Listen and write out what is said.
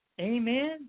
amen